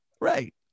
Right